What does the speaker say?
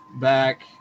back